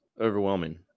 overwhelming